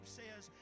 says